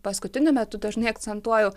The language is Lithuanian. paskutiniu metu dažnai akcentuoju